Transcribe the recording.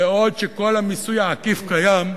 בעוד שכל המיסוי העקיף קיים,